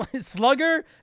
Slugger